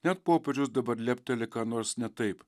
net popierius dabar lepteli ką nors ne taip